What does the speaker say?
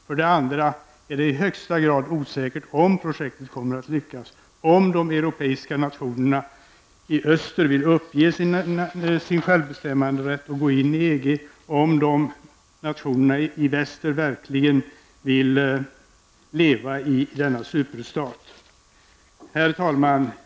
För det andra är det i högsta grad osäkert om projektet kommer att lyckas, om de europeiska nationerna i öster vill uppge sin självbestämmanderätt och gå in i EG och om nationerna i väster verkligen vill leva i denna superstat. Herr talman!